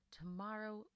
Tomorrow